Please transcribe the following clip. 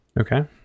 Okay